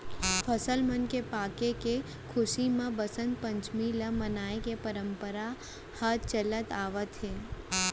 फसल मन के पाके के खुसी म बसंत पंचमी ल मनाए के परंपरा ह चलत आवत हे